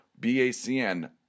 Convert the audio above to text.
BACN